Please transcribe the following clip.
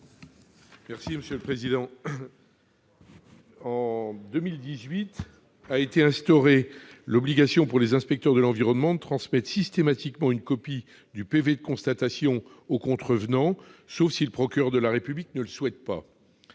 est à M. Jérôme Bignon. En 2018 a été instaurée l'obligation pour les inspecteurs de l'environnement de transmettre systématiquement une copie du procès-verbal de constatation aux contrevenants, sauf si le procureur de la République ne le souhaite pas.